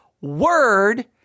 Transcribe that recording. word